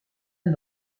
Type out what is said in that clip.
een